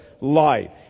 light